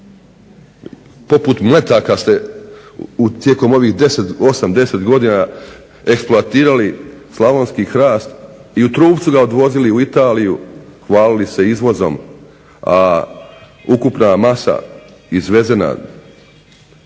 poput metaka se tijekom ovih 8, 10 godina eksploatirali slavonski hrast i u trupcu ga uvozili u Italiju, hvalili se izvozom a ukupna masa izvezena